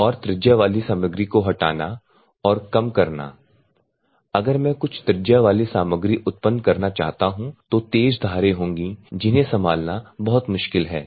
और त्रिज्या वाली सामग्री को हटाना और आकार को कम करना अगर मैं कुछ त्रिज्या वाली सामग्री उत्पन्न करना चाहता हूं तो तेज धारें होंगी जिन्हें संभालना बहुत मुश्किल है